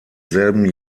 selben